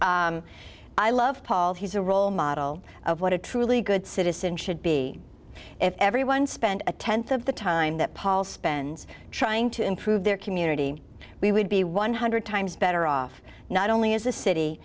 i love paul he's a role model of what a truly good citizen should be if everyone spent a tenth of the time that paul spends trying to improve their community we would be one hundred times better off not only as a city